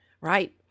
right